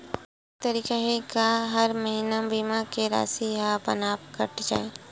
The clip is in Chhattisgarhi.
कुछु तरीका हे का कि हर महीना बीमा के राशि हा अपन आप कत जाय?